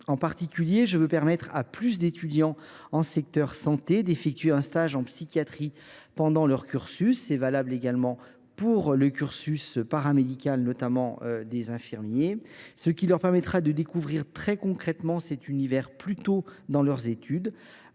en particulier permettre à plus d’étudiants en santé d’effectuer un stage en psychiatrie pendant leur cursus. Il en ira de même pour le cursus paramédical des infirmiers. Cela leur permettra de découvrir très concrètement cet univers plus tôt dans leurs études,